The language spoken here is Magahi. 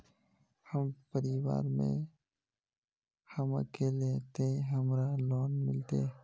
हम परिवार में हम अकेले है ते हमरा लोन मिलते?